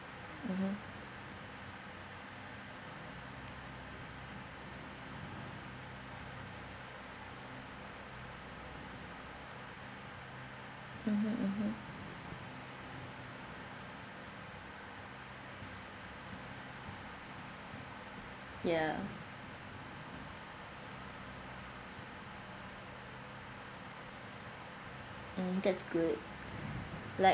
mmhmm mmhmm mmhmm ya mm that's good like